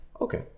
Okay